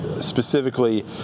specifically